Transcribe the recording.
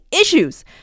issues